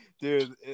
Dude